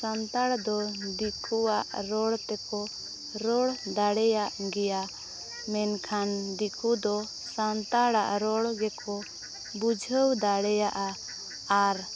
ᱥᱟᱱᱛᱟᱲ ᱫᱚ ᱫᱤᱠᱩᱣᱟᱜ ᱨᱚᱲ ᱛᱮᱠᱚ ᱨᱚᱲ ᱫᱟᱲᱮᱭᱟᱜ ᱜᱮᱭᱟ ᱢᱮᱱᱠᱷᱟᱱ ᱫᱤᱠᱩ ᱫᱚ ᱥᱟᱱᱛᱟᱲᱟᱜ ᱨᱚᱲ ᱜᱮᱠᱚ ᱵᱩᱡᱷᱟᱹᱣ ᱫᱟᱲᱮᱭᱟᱜᱼᱟ ᱟᱨ